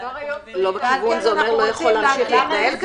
לא בכיוון זה אומר לא יכול להמשיך להתנהל כך?